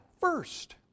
first